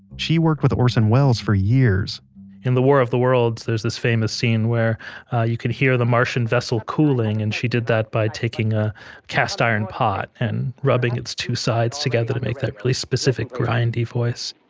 she worked with orson welles for years in the war of the worlds there's this famous scene where you can hear the martian vessel cooling and she did that by taking a cast iron pot and rubbing its two sides together to make that really specific, grindy voice